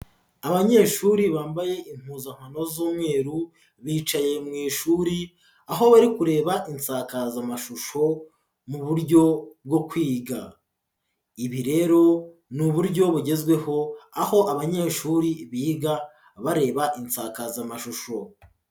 Abanyeshuri bambaye impuzankano z'umweru bicaye mu ishuri aho bari kureba insakazamashusho mu buryo bwo kwiga, ibi rero n'uburyo bugezweho aho abanyeshuri biga bareba insakazamashusho.